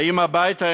באים הביתה,